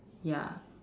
ya